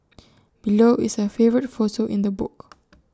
below is her favourite photo in the book